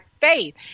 faith